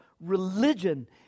religion